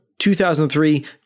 2003